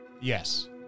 Yes